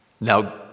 Now